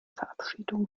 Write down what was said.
verabschiedung